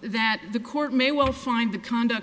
that the court may well find the conduct